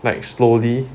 like slowly